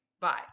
Bye